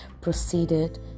proceeded